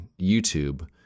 youtube